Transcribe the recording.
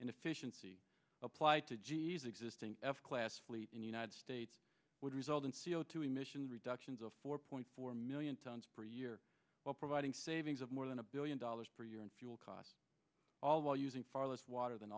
in efficiency applied to gee's existing f class fleet in the united states would result in c o two emissions reductions of four point four million tons per year while providing savings of more than a billion dollars per year in fuel costs all while using far less water than